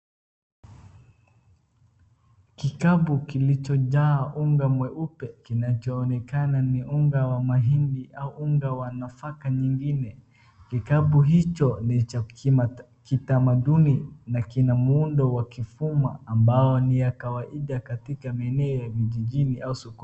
Kikapu kilichojaa unga mweupe kinachoonekana ni unga wa mahindi au unga wa nafaka nyingine. Kikapu hicho ni cha kitamaduni na kina muundo wa kifuma ambao ni wa kawaida katika maeneo ya vijijini au sokoni.